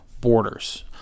borders